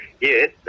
yes